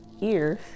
ears